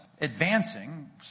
advancing